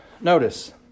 notice